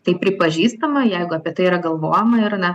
tai pripažįstama jeigu apie tai yra galvojama ir ne